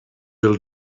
will